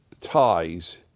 ties